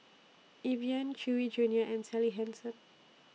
Evian Chewy Junior and Sally Hansen